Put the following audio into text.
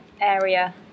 area